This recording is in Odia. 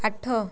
ଆଠ